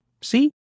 See